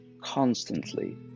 constantly